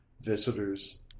visitors